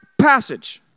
passage